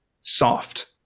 soft